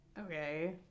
Okay